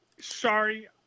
Sorry